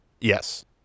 Yes